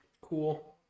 Cool